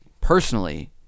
personally